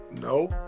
No